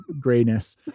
grayness